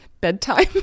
Bedtime